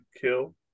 kill